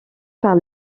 par